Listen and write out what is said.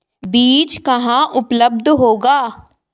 बीज कहाँ उपलब्ध होगा?